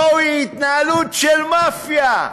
זוהי התנהלות של מאפיה,